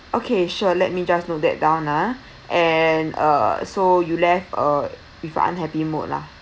okay sure let me just noted that down ah and uh so you left uh with unhappy mode lah